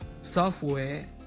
software